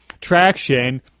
traction